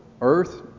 earth